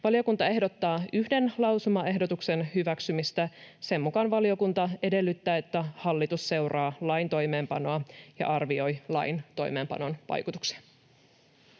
Valiokunta ehdottaa yhden lausumaehdotuksen hyväksymistä. Sen mukaan valiokunta edellyttää, että hallitus seuraa lain toimeenpanoa ja arvioi lain toimeenpanon vaikutuksia.